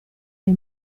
dei